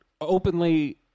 openly